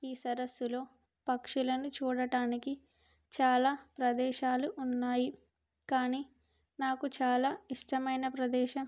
ఈ సరస్సులో పక్షులను చూడడానికి చాలా ప్రదేశాలు ఉన్నాయి కానీ నాకు చాలా ఇష్టమైన ప్రదేశం